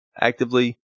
actively